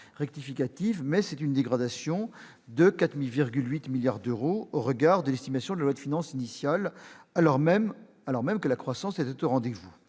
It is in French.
mais aussi une dégradation de 4,8 milliards d'euros au regard de l'estimation de la loi de finances initiale, alors même que la croissance a été finalement au rendez-vous.